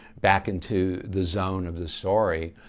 back into the zone of the story.